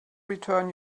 return